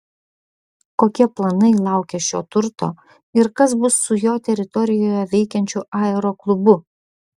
kokie planai laukia šio turto ir kas bus su jo teritorijoje veikiančiu aeroklubu